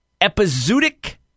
epizootic